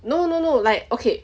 no no no like okay